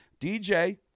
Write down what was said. dj